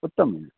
उत्तमम्